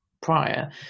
prior